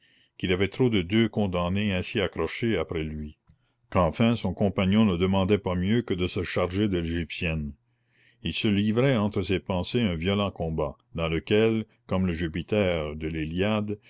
qu'il avait trop de deux condamnées ainsi accrochées après lui qu'enfin son compagnon ne demandait pas mieux que de se charger de l'égyptienne il se livrait entre ses pensées un violent combat dans lequel comme le jupiter de l'iliade